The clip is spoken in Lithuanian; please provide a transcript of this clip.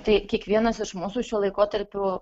tai kiekvienas iš mūsų šiuo laikotarpiu